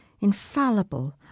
infallible